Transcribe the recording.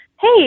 Hey